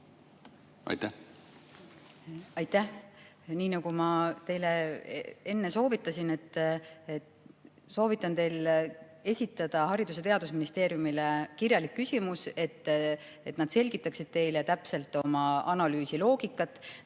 Aitäh! Nii nagu ma teile enne soovitasin, soovitan teil esitada Haridus‑ ja Teadusministeeriumile kirjalik küsimus, et nad selgitaksid teile täpselt oma analüüsi loogikat.